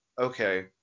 Okay